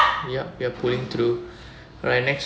ya we are pulling through alright next